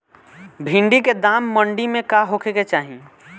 भिन्डी के दाम मंडी मे का होखे के चाही?